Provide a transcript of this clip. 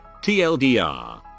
TLDR